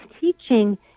teaching